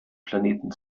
planeten